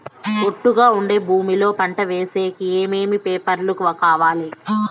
ఒట్టుగా ఉండే భూమి లో పంట వేసేకి ఏమేమి పేపర్లు కావాలి?